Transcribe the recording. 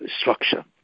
structure